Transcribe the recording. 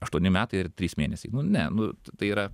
aštuoni metai ir trys mėnesiai ne nu tai yra